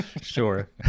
sure